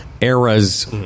eras